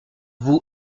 vous